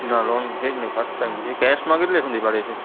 ના લોન છે જ નહીં ફસ્ટ ટાઇમ છે કૅશમાં કેટલે સુધી પડે છે